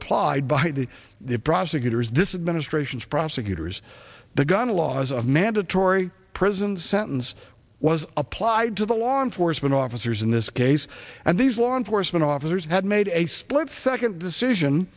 applied by the prosecutors this is ministrations prosecutors the gun laws of mandatory prison sentence was applied to the law enforcement officers in this case and these law enforcement officers had made a split second decision